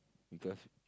because